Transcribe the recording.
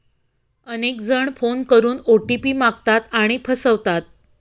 अनेक जण फोन करून ओ.टी.पी मागतात आणि फसवतात